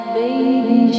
baby